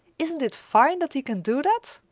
isn't it fine that he can do that?